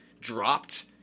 dropped